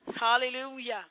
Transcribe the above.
Hallelujah